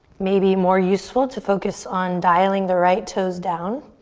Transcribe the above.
maybe more useful to focus on dialing the right toes down.